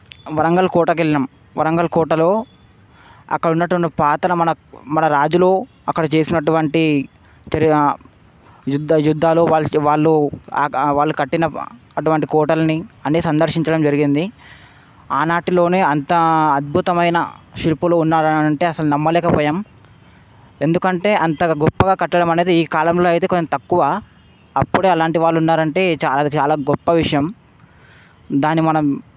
వరంగల్ కోటకి వెళ్ళాము వరంగల్ కోటలో అక్కడ ఉన్నటువంటి పాత్ర మన రాజులు అక్కడ చేసినటువంటి చర్య యుద్ధా యుద్ధాలు వాళ్ళకి వాళ్ళు వాళ్ళు కట్టిన అటువంటి కోటలని అన్నీ సందర్శించడం జరిగింది ఆనాడే అంత అద్భుతమైన శిల్పులు ఉన్నారంటే అసలు నమ్మలేకపోయాము ఎందుకంటే అంత గొప్పగా కట్టడం అనేది ఈ కాలంలో అయితే కొంచం తక్కువ అప్పుడు అలాంటి వాళ్ళు ఉన్నారంటే చాలా చాలా గొప్ప విషయం దానిని మనం